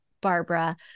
Barbara